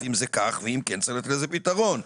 מבין מכם שאני לא טועה, אז זה חמור מאוד.